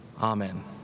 Amen